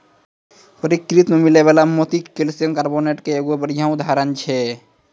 परकिरति में मिलै वला मोती कैलसियम कारबोनेट के एगो बढ़िया उदाहरण छै